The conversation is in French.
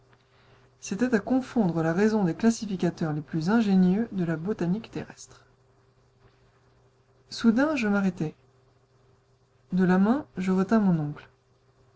c'était à confondre la raison des classificateurs les plus ingénieux de la botanique terrestre soudain je m'arrêtai de la main je retins mon oncle